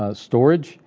ah storage